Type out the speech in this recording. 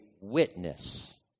witness